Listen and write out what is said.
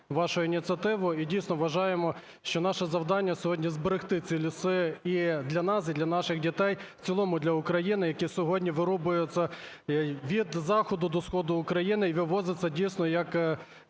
вашу ініціативу, і дійсно вважаємо, що наше завдання сьогодні – зберегти ці ліси і для нас, і для наших дітей, в цілому для України, які сьогодні вирубуються від заходу до сходу України і вивозиться, дійсно, як